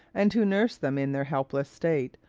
and who nurse them in their helpless state,